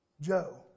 Joe